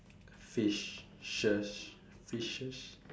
fishes fishes